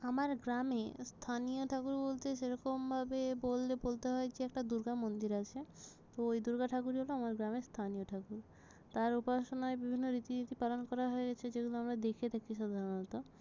আমার গ্রামে স্থানীয় ঠাকুর বলতে সেরকমভাবে বললে বলতে হয় যে একটা দুর্গা মন্দির আছে তো ওই দুর্গা ঠাকুরই হলো আমার গ্রামের স্থানীয় ঠাকুর তার উপাসনায় বিভিন্ন রীতিনীতি পালন করা হয়েছে যেগুলো আমরা দেখে থাকি সাধারণত